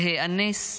להיאנס.